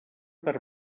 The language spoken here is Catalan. per